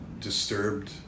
disturbed